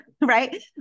right